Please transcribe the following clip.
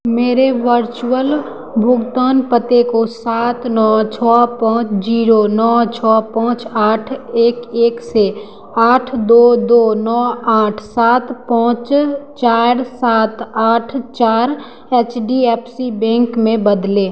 मेरे वर्चुअल भुगतान पते को सात नौ छः पाँच जीरो नौ छः पाँच आठ एक एक से आठ दो दो नौ आठ सात पाँच चार सात आठ चार H D F C bank में बदलें